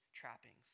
trappings